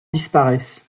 disparaissent